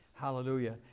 Hallelujah